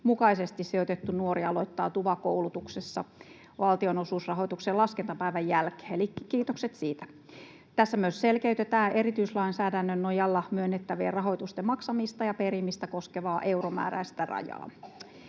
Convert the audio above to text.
mukaisesti sijoitettu nuori aloittaa TUVA-koulutuksessa valtionosuusrahoituksen laskentapäivän jälkeen, eli kiitokset siitä. Tässä myös selkeytetään erityislainsäädännön nojalla myönnettävien rahoitusten maksamista ja perimistä koskevaa euromääräistä rajaa.